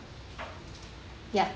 ya